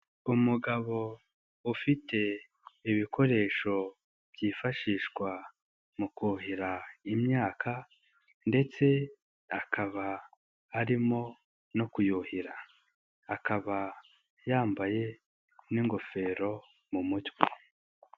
Umugabo ufite ibikoresho byifashishwa mu kuhira imyaka ndetse akaba arimo no kuyuhira, akaba yambaye n'ingofero mu mutwe.